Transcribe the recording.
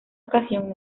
ocasión